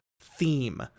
theme